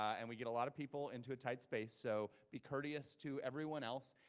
and we get a lot of people into a tight space. so be courteous to everyone else.